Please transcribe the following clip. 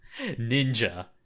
ninja